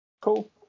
cool